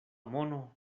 mono